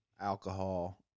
alcohol